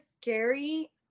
scary